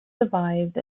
survived